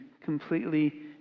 completely